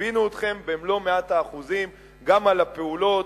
גיבינו אתכם במלוא מאת האחוזים גם על הפעולות,